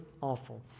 awful